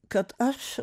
kad aš